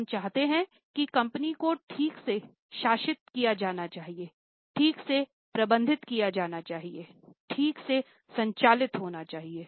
हम चाहते हैं कि कंपनी को ठीक से शासित किया जाना चाहिए ठीक से प्रबंधित किया जाना चाहिए ठीक से संचालित होना चाहिए